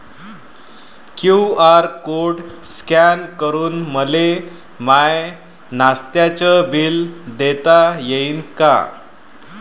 QR code scan करून मले माय नास्त्याच बिल देता येईन का?